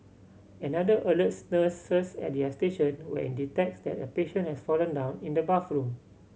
another alerts nurses at their station when it detects that a patient has fallen down in the bathroom